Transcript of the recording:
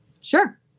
Sure